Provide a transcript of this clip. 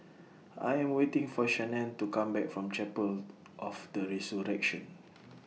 I Am waiting For Shannen to Come Back from Chapel of The Resurrection